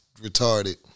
retarded